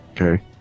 okay